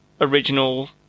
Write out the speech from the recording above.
original